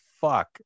fuck